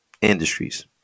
industries